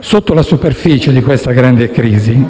sotto la superficie di questa grande crisi,